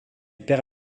père